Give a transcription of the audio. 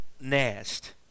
nest